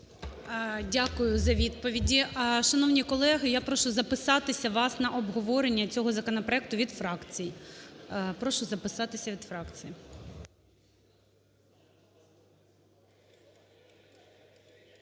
Дякую за відповіді. Шановні колеги, я прошу записатися вас на обговорення цього законопроекту від фракцій.